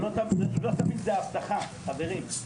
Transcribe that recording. לא תמיד זאת האבטחה, חברים.